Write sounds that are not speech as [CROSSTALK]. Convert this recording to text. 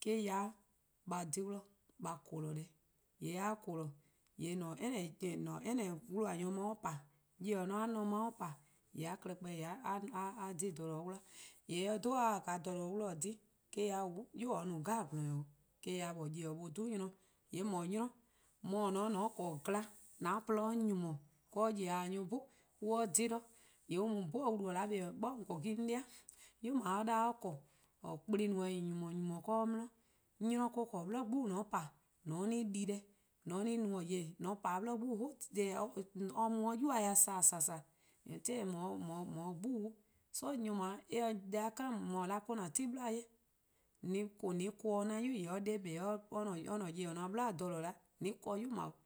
'de a :dhe-dih a :korn-dih deh. :mor a korn-dih: :mor :an-a'a: [HESITATION] any 'wluh nyor pa, :mor nyor-kpalu 'nor-a' 'nor mor pa, :yee' a klehkpeh a-a' klehkpeh a :dhe :dha :due' dih, :yee' :mor eh 'dhu a taa :dha :due' dih dhe :yee' eh-: ya 'de 'o 'yu :daa or no :gwlor-nyor 'jeh 'o. Eh-: ya 'de nyor-kpalu-a 'nynor-dih :dhe eh. :yee' :mor 'nyor 'nynor, :mor :an :porlor :nyni 'worn 'do nyor-klpalu-a 'cheh bo, :mor on :dhe-dih :yee' an mu :on 'bhorn-dih :wlu-dih:. 'Bor :on :korn gen 'an 'de-di' 'yu or 'da or :korn-a' :or :kplen no-a 'o :en 'nyni-a 'yi-dih :nynii: 'de or 'di, :or :korn 'bli 'gbu :mor :on pa-a' :an 'di-a deh, :an no-a :yeh da, :mor :on pa 'de or 'bli 'gbu [HESITATION] or mu or 'yuba dih :san :sannn: until [HESITATION] :on 'ye 'de. So nyor :dao' [HESITATION] eh :se deh-a kind :on 'ye-a 'o :an 'ti bli-a 'jeh, [HESITATION] :an korn 'o 'an 'yu :yee' or 'de 'kpa 'o or-a'a: nyor-kpalu-yu-a 'ble :jeh 'da 'weh, :an korn 'o :an 'yu.